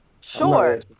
Sure